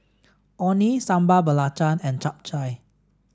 Orh Nee Sambal Belacan and Chap Chai